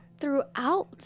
throughout